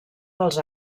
dels